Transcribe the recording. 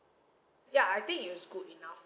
ya I think it's good enough